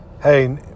hey